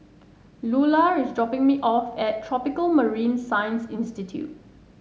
Lular is dropping me off at Tropical Marine Science Institute